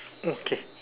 okay